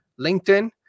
linkedin